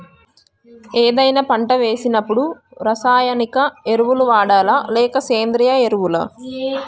ఏదైనా పంట వేసినప్పుడు రసాయనిక ఎరువులు వాడాలా? లేక సేంద్రీయ ఎరవులా?